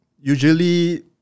usually